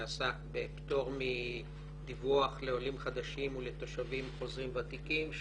שעסק בפטור מדיווח לעולים חדשים ולתושבים חוזרים ותיקים,